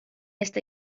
esta